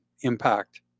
impact